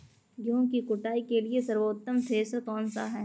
गेहूँ की कुटाई के लिए सर्वोत्तम थ्रेसर कौनसा है?